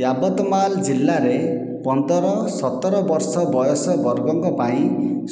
ୟାବତମାଲ ଜିଲ୍ଲାରେ ପନ୍ଦର ସତର ବର୍ଷ ବୟସ ବର୍ଗଙ୍କ ପାଇଁ